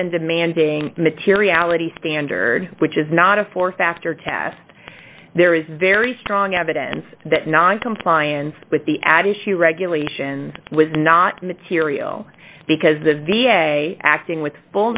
and demanding materiality standard which is not a four factor test there is very strong evidence that noncompliance with the added she regulation was not material because the v a acting with full